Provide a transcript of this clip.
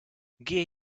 geh